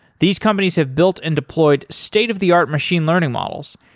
these companies have built and deployed state of the art machine learning models,